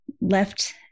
left